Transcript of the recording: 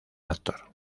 actor